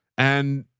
and